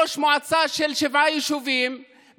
ראש מועצה של שבעה יישובים,